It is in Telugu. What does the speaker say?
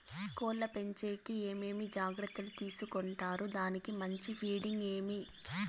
కోళ్ల పెంచేకి ఏమేమి జాగ్రత్తలు తీసుకొంటారు? దానికి మంచి ఫీడింగ్ ఏమి?